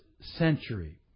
century